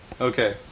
Okay